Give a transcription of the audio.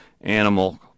animal